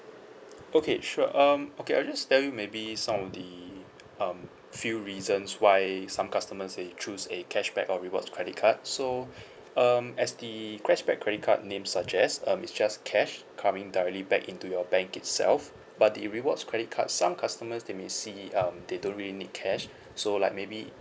okay sure um okay I will just tell you maybe some of the um few reasons why some customers they choose a cashback or rewards credit card so um as the cashback credit card name suggest um it's just cash coming directly back into your bank itself but the rewards credit card some customers they may see um they don't really need cash so like maybe